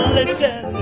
listen